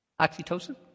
Oxytocin